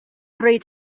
three